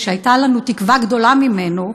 שהייתה לנו תקווה גדולה ממנו,